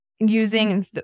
Using